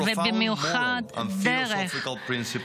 תרומה זו סייע לשימור האנושות,